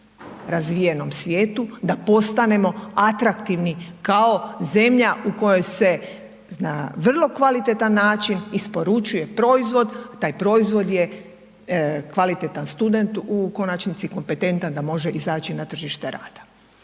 razvijenom svijetu, da postanemo atraktivni kao zemlja u kojoj se na vrlo kvalitetan način isporučuje proizvod, taj proizvod je kvalitetan student, u konačnici kompetentan da može izaći na tržište rada.